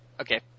Okay